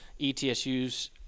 ETSU's